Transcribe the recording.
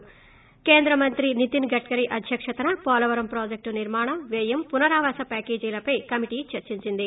ి కేంద్ర మంత్రి నితిన్ గడ్కరీ అధ్యక్షతన పోలవరం ప్రాజెక్టు నిర్మాణ వ్యయం పునరావాస ప్యాకేజీలపై కమిటి చర్పించింది